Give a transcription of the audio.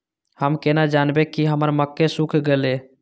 हम केना जानबे की हमर मक्के सुख गले?